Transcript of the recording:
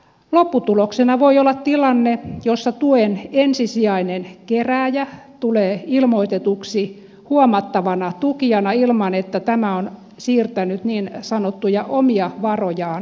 lopputuloksena voi olla tilanne jossa tuen ensisijainen kerääjä tulee ilmoitetuksi huomattavana tukijana ilman että tämä on siirtänyt niin sanottuja omia varojaan tuen saajalle